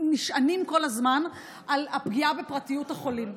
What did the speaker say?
נשענים כל הזמן על הפגיעה בפרטיות החולים,